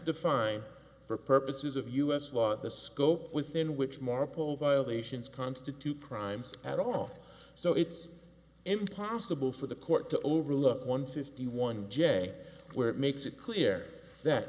define for purposes of u s law the scope within which marple violations constitute crimes at off so it's impossible for the court to overlook one fifty one j where it makes it clear that